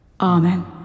Amen